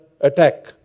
attack